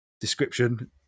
description